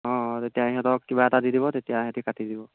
অঁ তেতিয়া সিহঁতক কিবা এটা দি দিব তেতিয়া সিহঁতি কাটি দিব